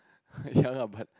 ya lah but